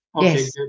Yes